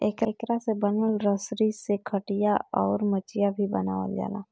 एकरा से बनल रसरी से खटिया, अउर मचिया भी बनावाल जाला